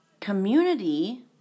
community